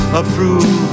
approve